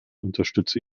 unterstütze